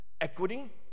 equity